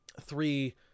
three